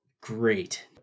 great